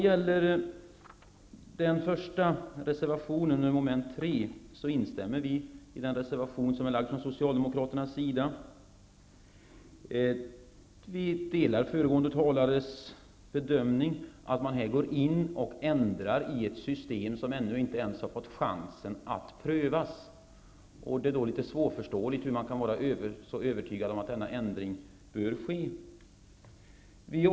Vi instämmer i Socialdemokraternas reservation 1, som gäller mom. 3. Vi delar föregående talares bedömning, att man här går in och ändrar i ett system som ännu inte ens har fått chansen att prövas. Det är litet svårförståeligt att man kan vara så övertygad om att denna ändring bör ske.